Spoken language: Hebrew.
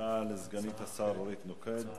תודה לסגנית השר אורית נוקד.